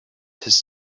his